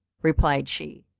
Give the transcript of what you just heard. replied she,